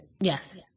Yes